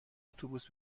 اتوبوس